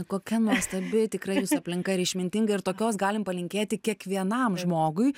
kokia nuostabi tikrai jūsų aplinka ir išmintinga ir tokios galim palinkėti kiekvienam žmogui